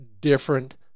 different